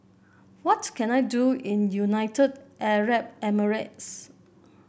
what can I do in United Arab Emirates